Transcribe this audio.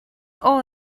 all